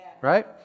Right